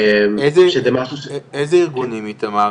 שזה משהו --- איזה ארגונים, איתמר?